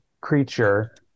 creature